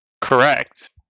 Correct